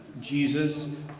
Jesus